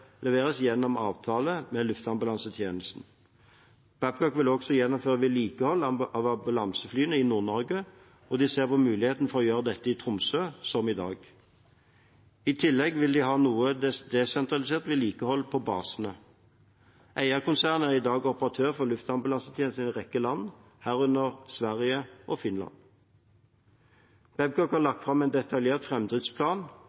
leveres gjennom avtalen med Luftambulansetjenesten. Babcock vil også gjennomføre vedlikehold av ambulanseflyene i Nord-Norge, og de ser på mulighetene for å gjøre dette i Tromsø, som i dag. I tillegg vil de ha noe desentralisert vedlikehold på basene. Eierkonsernet er i dag operatør for luftambulansetjenesten i en rekke land, herunder Sverige og Finland. Babcock har